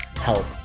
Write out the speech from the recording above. help